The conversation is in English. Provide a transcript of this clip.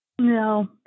No